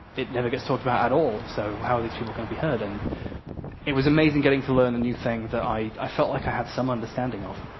it never gets talked about at all. so how are these people going to be heard? and it was amazing getting to learn a new thing that i i felt like i had some understanding of.